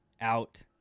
out